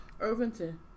Irvington